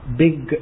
big